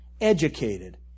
Educated